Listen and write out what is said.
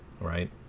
right